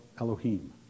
Elohim